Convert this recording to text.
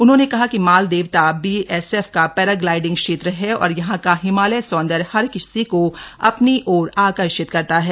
उन्होंने कहा कि माल देवता बीएसएफ का पैराग्लाइडिंग क्षेत्र है और यहां का हिमालय सौंदर्य हर किसी को अपनी ओर आकर्षित करता है